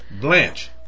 Blanche